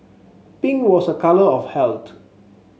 pink was a colour of health